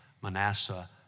Manasseh